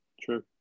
true